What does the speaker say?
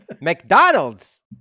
McDonald's